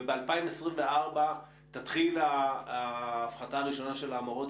ב-2024 תתחיל ההפחתה הראשונה של ההמרות,